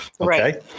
Okay